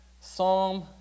Psalm